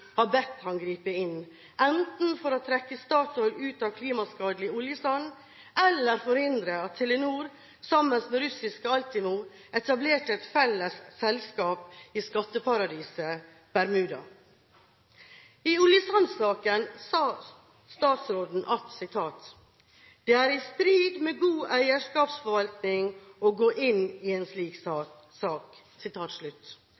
bedt ham gripe inn, enten for å trekke Statoil ut av klimaskadelig oljesand eller forhindre at Telenor, sammen med russiske Altimo, etablerte et felles selskap i skatteparadiset Bermuda. I oljesandsaken sa statsråden at det er «i strid med god eierskapsforvaltning å gå inn i en slik